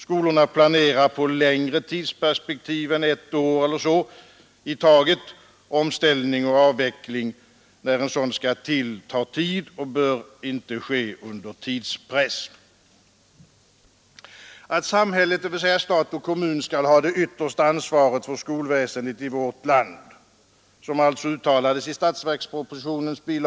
Skolorna planerar omställning och avveckling på längre tidsperspektiv än ett år eller så i taget. Den bör inte ske under tidspress. Att samhället, dvs. stat och kommun, skall ha det yttersta ansvaret för skolväsendet i vårt land — som alltså uttalades i statsverkspropositionens bil.